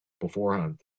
beforehand